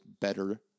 better